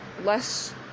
less